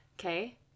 Okay